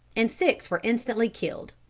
and six were instantly killed.